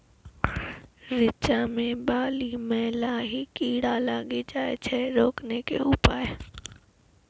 रिचा मे बाली मैं लाही कीड़ा लागी जाए छै रोकने के उपाय?